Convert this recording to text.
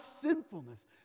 sinfulness